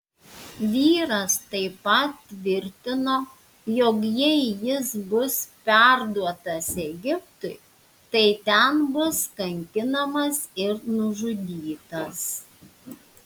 vyras taip pat tvirtino jog jei jis bus perduotas egiptui tai ten bus kankinamas ir nužudytas